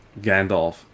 Gandalf